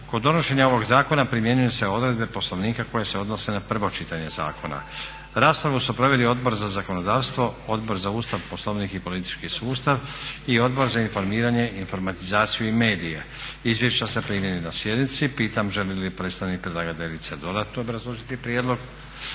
Kod donošenja ovog zakona primjenjuju se odredbe Poslovnika koje se odnose na prvo čitanje zakona. Raspravu su proveli Odbor za zakonodavstvo, Odbor za Ustav, Poslovnik i politički sustav i Odbor za informiranje, informatizaciju i medije. Izvješća ste primili na sjednici. Pitam želi li predstavnik predlagateljice dodatno obrazložiti prijedlog?